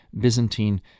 Byzantine